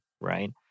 right